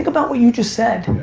about what you just said.